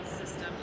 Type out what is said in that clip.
system